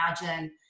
imagine